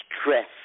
stress